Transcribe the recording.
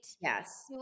Yes